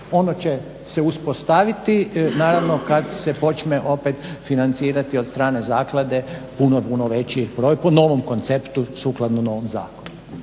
Ono će se uspostaviti naravno kad se počne opet financirati od strane zaklade puno, puno veći broj po novom konceptu, sukladno novom zakonu.